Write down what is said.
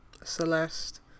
Celeste